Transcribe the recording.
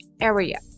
area